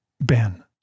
Ben